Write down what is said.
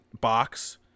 box